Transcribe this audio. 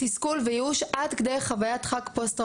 תסכול וייאוש עד כדי חווית דחק פוסט טראומטית.